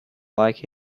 like